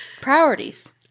priorities